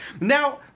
Now